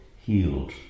healed